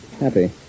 happy